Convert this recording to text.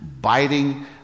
biting